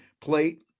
plate